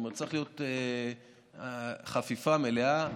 צריכה להיות חפיפה מלאה,